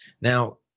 Now